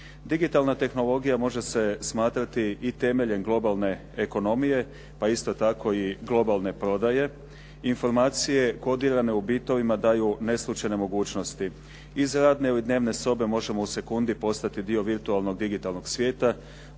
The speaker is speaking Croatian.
Digitalna tehnologija može se smatrati i temeljem globalne ekonomije, pa isto tako i globalne prodaje. Informacije kodirane u bitovima daju neslućene mogućnosti. Iz radne ili dnevne sobe možemo u sekundi postati dio virtualnog, digitalnog svijeta,